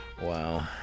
Wow